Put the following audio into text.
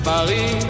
Paris